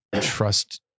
trust